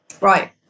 Right